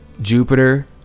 Jupiter